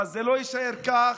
אבל זה לא יישאר כך.